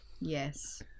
yes